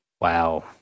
Wow